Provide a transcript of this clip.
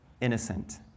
innocent